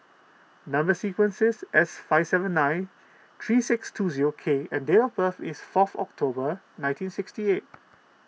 Number Sequence is S five seven nine three six two zero K and date of birth is fourth October nineteen sixty eight